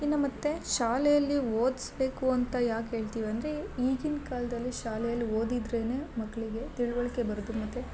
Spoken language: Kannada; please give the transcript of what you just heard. ಇನ್ನ ಮತ್ತು ಶಾಲೇಲಿ ಓದ್ಸ್ಬೇಕು ಅಂತ ಯಾಕೆ ಹೇಳ್ತಿವಂದ್ರೆ ಈಗಿನ ಕಾಲದಲ್ಲಿ ಶಾಲೆಯಲ್ಲಿ ಓದಿದ್ರೇನೆ ಮಕ್ಕಳಿಗೆ ತಿಳವಳಿಕೆ ಬರುತ್ತೆ ಮತ್ತು